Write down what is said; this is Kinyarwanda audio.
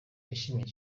yashimye